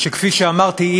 כפי שאמרתי,